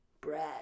Bread